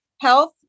health